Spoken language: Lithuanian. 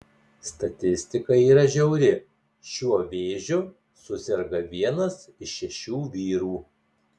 statistika yra žiauri šiuo vėžiu suserga vienas iš šešių vyrų